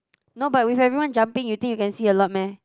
no but with everyone jumping you think you can see a lot meh